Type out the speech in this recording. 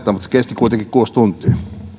kesti kuitenkin kuusi tuntia